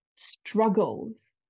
struggles